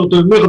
יותר טוב ממך,